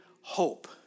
hope